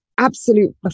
Absolute